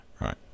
Right